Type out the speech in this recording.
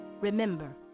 Remember